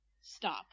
Stop